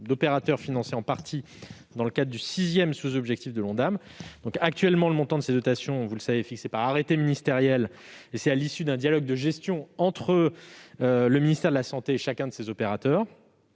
d'opérateurs partiellement financés dans le cadre du sixième sous-objectif de l'Ondam. Actuellement, le montant de ces dotations est fixé par arrêté ministériel, pris à l'issue d'un dialogue de gestion entre le ministère de la santé et chacun de ces opérateurs.